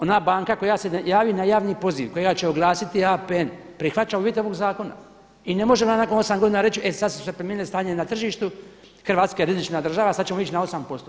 Ona banka koja … javi na javni poziv, koja će oglasiti APN prihvaća uvjete ovog zakona i ne može onda nakon 8 godina reći e sada se promijenilo stanje na tržištu, Hrvatska je rizična država, sada ćemo ići na 8%